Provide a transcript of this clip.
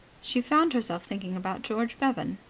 she found herself thinking about george bevan.